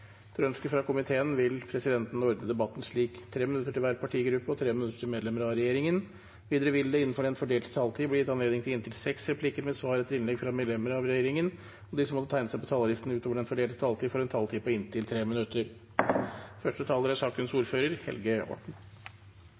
Etter ønske fra familie- og kulturkomiteen vil presidenten ordne debatten slik: 5 minutter til hver partigruppe og 5 minutter til medlemmer av regjeringen. Videre vil det – innenfor den fordelte taletid – bli gitt anledning til inntil seks replikker med svar etter innlegg fra medlemmer av regjeringen, og de som måtte tegne seg på talerlisten utover den fordelte taletid, får en taletid på inntil 3 minutter. Norge er